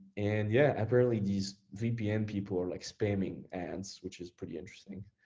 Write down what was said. and yeah, apparently these vpn people are like spamming ads, which is pretty interesting.